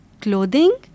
clothing